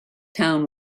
town